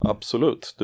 Absolut